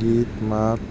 গীত মাত